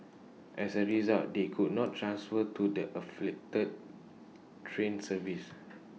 as A result they could not transfer to the afflicted train services